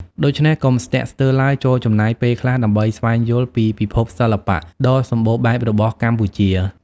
ដូច្នេះ កុំស្ទាក់ស្ទើរឡើយ ចូរចំណាយពេលខ្លះដើម្បីស្វែងយល់ពីពិភពសិល្បៈដ៏សម្បូរបែបរបស់កម្ពុជា។